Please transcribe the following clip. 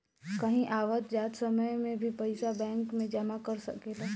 कहीं आवत जात समय में भी पइसा बैंक में जमा कर सकेलऽ